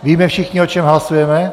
Víme všichni, o čem hlasujeme?